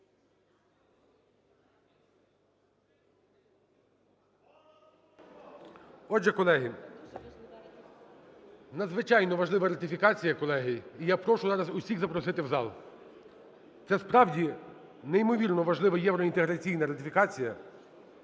Отже, колеги, надзвичайно важлива ратифікація, колеги. І я прошу зараз усіх запросити в зал. Це справді неймовірно важлива євроінтеграційна ратифікація.